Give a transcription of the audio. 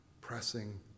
pressing